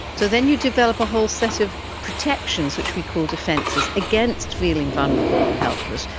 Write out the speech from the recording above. so then you develop a whole set of protections which we call defences against feeling vulnerable or helpless,